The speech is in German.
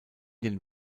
den